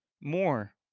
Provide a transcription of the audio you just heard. more